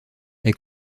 est